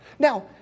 Now